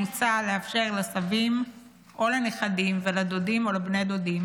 מוצע לאפשר לסבים או לנכדים ולדודים או לבני הדודים